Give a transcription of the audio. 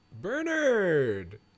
Bernard